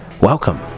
Welcome